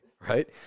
Right